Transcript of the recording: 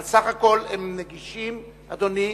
אבל בסך הכול הם נגישים, אדוני,